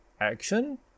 action